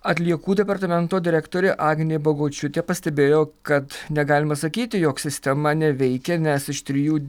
atliekų departamento direktorė agnė bagočiūtė pastebėjo kad negalima sakyti jog sistema neveikia nes iš trijų